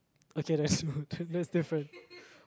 okay that's no dude that's different